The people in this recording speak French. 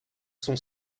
sont